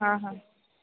हां हां